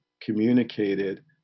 communicated